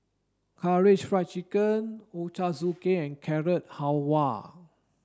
Karaage Fried Chicken Ochazuke and Carrot Halwa